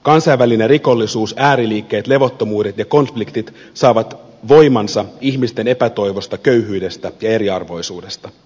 kansainvälinen rikollisuus ääriliikkeet levottomuudet ja konfliktit saavat voimansa ihmisten epätoivosta köyhyydestä ja eriarvoisuudesta